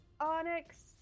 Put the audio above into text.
Onyx